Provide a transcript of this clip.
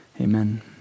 Amen